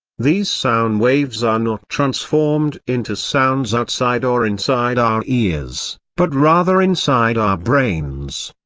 these sound waves are not transformed into sounds outside or inside our ears, but rather inside our brains.